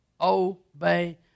Obey